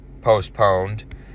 postponed